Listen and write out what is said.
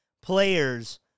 players